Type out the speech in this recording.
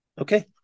Okay